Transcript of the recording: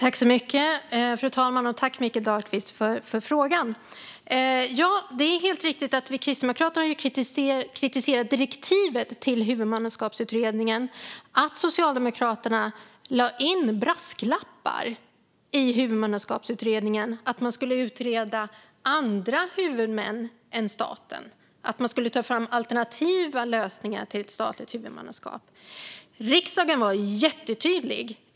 Fru talman! Jag tackar Mikael Dahlqvist för frågan. Ja, det är helt riktigt att vi kristdemokrater har kritiserat direktiven till Huvudmannaskapsutredningen och att Socialdemokraterna lade in brasklappar. Det handlade om att man skulle utreda andra huvudmän än staten och ta fram alternativa lösningar till ett statligt huvudmannaskap. Riksdagen var jättetydlig.